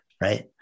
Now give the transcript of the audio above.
right